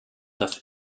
das